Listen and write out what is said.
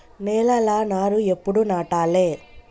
నేలలా నారు ఎప్పుడు నాటాలె?